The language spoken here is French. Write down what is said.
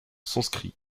sanskrit